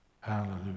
Hallelujah